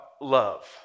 love